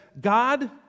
God